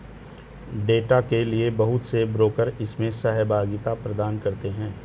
data के लिये बहुत से ब्रोकर इसमें सहभागिता प्रदान करते हैं